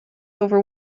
over